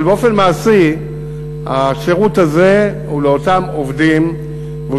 אבל באופן מעשי השירות הזה הוא לאותם עובדים והוא